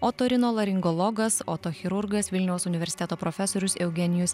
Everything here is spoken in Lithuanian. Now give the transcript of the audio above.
otorinolaringologas otochirurgas vilniaus universiteto profesorius eugenijus